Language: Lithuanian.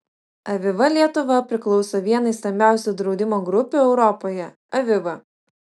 aviva lietuva priklauso vienai stambiausių draudimo grupių europoje aviva